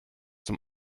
zum